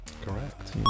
Correct